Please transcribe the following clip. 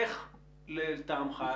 איך לטעמך,